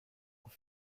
aux